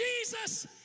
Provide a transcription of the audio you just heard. Jesus